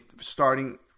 starting